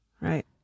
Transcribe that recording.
Right